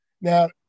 Now